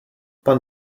pan